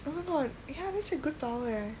oh my god ya that's a good power leh